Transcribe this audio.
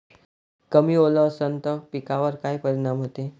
कमी ओल असनं त पिकावर काय परिनाम होते?